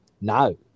no